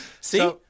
See